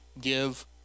give